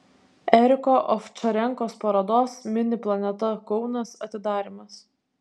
eriko ovčarenkos parodos mini planeta kaunas atidarymas